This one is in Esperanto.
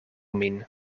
min